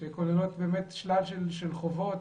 שכוללות שלל של חובות,